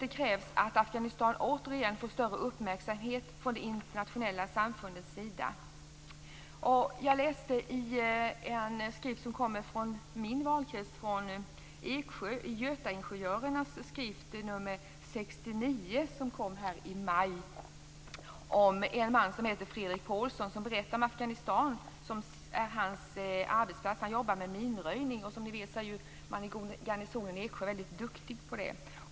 Det krävs att Afghanistan återigen får större uppmärksamhet från det internationella samfundets sida. Jag läste i en skrift från min valkrets Eksjö i Götaingenjören nr 69 från maj i år om en man som heter Fredrik Pålsson och som berättar om Afghanistan, som är hans arbetsplats. Han jobbar med minröjning. Som vi vet är man i garnisonen i Eksjö väldigt duktig på det.